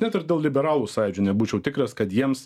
net ir dėl liberalų sąjūdžio nebūčiau tikras kad jiems